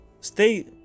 stay